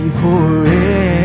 forever